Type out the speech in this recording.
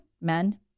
Men